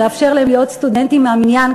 לאפשר להם להיות סטודנטים מן המניין,